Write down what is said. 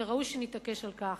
וראוי שנתעקש על כך.